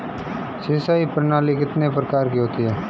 सिंचाई प्रणाली कितने प्रकार की होती है?